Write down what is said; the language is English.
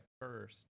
first